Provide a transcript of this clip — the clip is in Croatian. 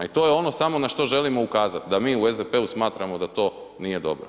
I to je ono samo na što želim ukazat, da mi u SDP-u smatramo da to nije dobro.